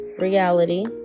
reality